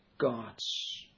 gods